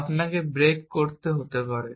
আপনাকে ব্রেক করতে হতে পারে